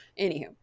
anywho